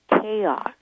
chaos